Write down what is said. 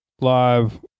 live